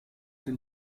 den